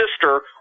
sister